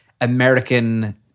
American